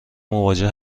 مواجه